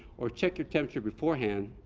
or check your temperature beforehand.